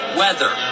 weather